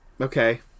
okay